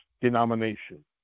denomination